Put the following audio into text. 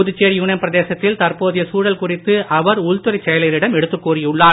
Puducherry union பிரதேசத்தில் தற்போதைய சூழல் குறித்து அவர் உள்துறைச் செயலரிடம் எடுத்துக் கூறியுள்ளார்